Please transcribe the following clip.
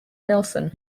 nilsson